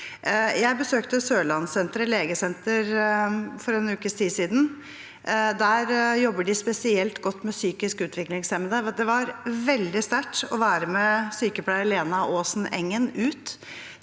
Jeg besøkte Sørlandsparken legesenter for en ukes tid siden. Der jobber de spesielt godt med psykisk utviklingshemmede. Det var veldig sterkt å være med sykepleier Lena Åsen Engen ut